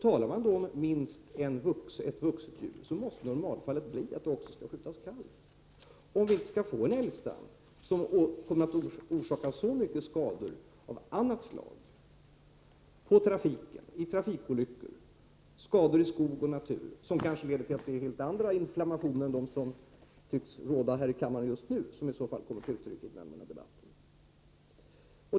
Talar man om att minst ett vuxendjur skall skjutas, måste det i normalfallet också innebära att en kalv skall skjutas, om vi inte skall få en älgstam som kommer att orsaka skador av olika slag. Det gäller skador på trafiken, skador i form av trafikolyckor och skador i skog och natur. Detta leder kanske till att helt andra inflammationer än sådana som tycks föreligga här i kammaren just nu kommer att uttryckas i den allmänna debatten.